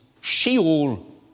Sheol